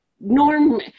Norm